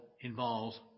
involves